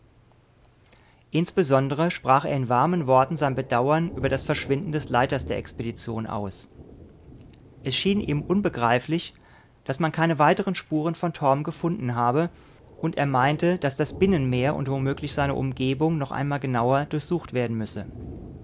insbesondere sprach er in warmen worten sein bedauern über das verschwinden des leiters der expedition aus es schien ihm unbegreiflich daß man keine weiteren spuren von torm gefunden habe und er meinte daß das binnenmeer und womöglich seine umgebung noch einmal genauer durchsucht werden müsse